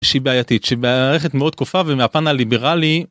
שהיא בעייתית, שהיא מערכת מאוד כופה ומהפן הליברלי.